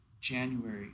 January